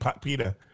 Peter